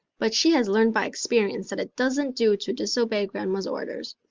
but she has learned by experience that it doesn't do to disobey grandma's orders.